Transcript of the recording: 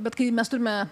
bet kai mes turime